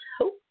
hope